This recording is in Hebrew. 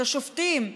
את השופטים,